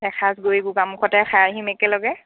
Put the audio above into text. এসাঁজ গৈ গোগামুখতে খাই আহিম একেলগে